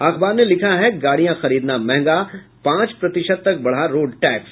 अखबार ने लिखा है गाड़ियां खरीदना महंगा पांच प्रतिशत तक बढ़ा रोड टैक्स